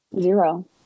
Zero